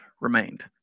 remained